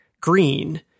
green